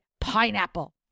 pineapple